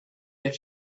that